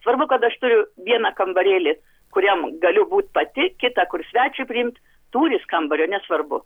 svarbu kad aš turiu vieną kambarėlį kuriam galiu būti pati kitą kur svečiui priimt tūris kambario nesvarbu